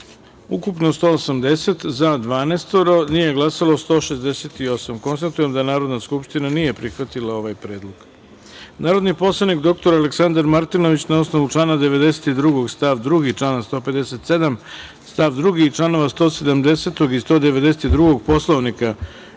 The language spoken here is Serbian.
ukupno – 180, za – 12, nije glasalo – 168.Konstatujem da Narodna skupština nije prihvatila ovaj predlog. Narodni poslanik dr Aleksandar Martinović, na osnovu člana 92. stav 2, člana 157. stav 2. i članova 170. i 192. Poslovnika,